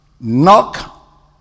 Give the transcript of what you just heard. Knock